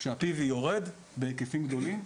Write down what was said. שה-PV יורד בהיקפים גדולים,